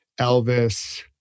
Elvis